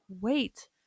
wait